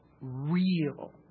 real